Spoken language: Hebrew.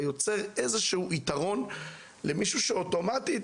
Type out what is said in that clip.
זה יוצר איזשהו יתרון למישהי שאוטומטית